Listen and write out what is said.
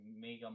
mega